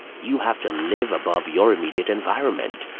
you have to live above your immediate environment.